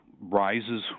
rises